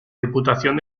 diputación